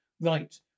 Right